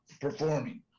performing